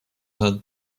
had